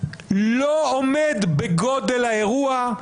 לא עומד בגודל האירוע,